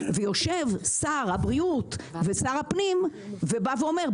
ויושב שר הבריאות ושר הפנים ובא ואומר,